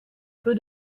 peu